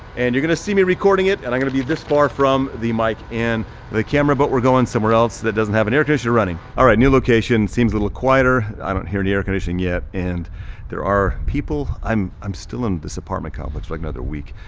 and you're gonna see me recording it, and i'm gonna be this far from the mic and the camera, but we're going somewhere else that doesn't have an air conditioner running. all right, new location seems a little quieter. i don't hear the air conditioning yet, and there are people, i'm i'm still in this apartment complex, like another week,